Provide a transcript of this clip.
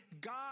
God